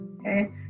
okay